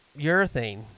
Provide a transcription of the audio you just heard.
urethane